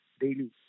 daily